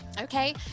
Okay